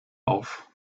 auf